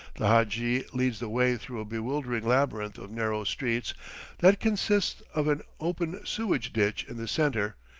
the hadji leads the way through a bewildering labyrinth of narrow streets that consist of an open sewage-ditch in the centre,